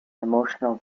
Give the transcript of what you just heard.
emotional